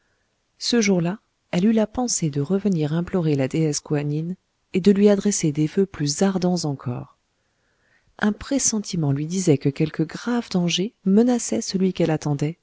ce jour-là elle eut la pensée de revenir implorer la déesse koanine et de lui adresser des voeux plus ardents encore un pressentiment lui disait que quelque grave danger menaçait celui qu'elle attendait